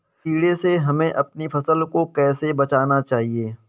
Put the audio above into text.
कीड़े से हमें अपनी फसल को कैसे बचाना चाहिए?